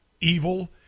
evil